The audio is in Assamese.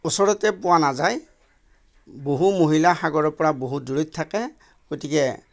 ওচৰতে পোৱা নাযায় বহু মহিলা সাগৰৰপৰা বহুত দূৰৈত থাকে গতিকে